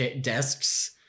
desks